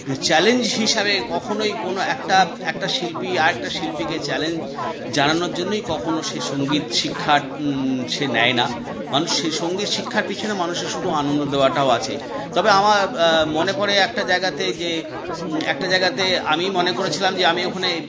challenge হিসাবে কখনই কোনও একটা একটা শিল্পী আরেকটা শিল্পীকে চ্যালেঞ্জ জানানোর জন্যই কখনও সে সঙ্গীত শিক্ষার সে নেয় না মানুষ সেই সঙ্গীত শিক্ষার পিছনে মানুষের শুধু আনন্দ দেওয়াটাও আছে তবে আমার মনে পড়ে একটা জায়গাতে যে একটা জায়গাতে আমি মনে করেছিলাম যে আমি ওখানে